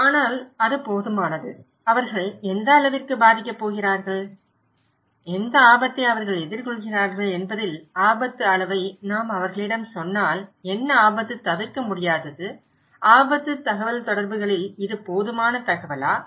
ஆனால் அது போதுமானது அவர்கள் எந்த அளவிற்கு பாதிக்கப் போகிறார்கள் எந்த ஆபத்தை அவர்கள் எதிர்கொள்கிறார்கள் என்பதில் ஆபத்து அளவை நாம் அவர்களிடம் சொன்னால் என்ன ஆபத்து தவிர்க்க முடியாதது ஆபத்து தகவல்தொடர்புகளில் இது போதுமான தகவலா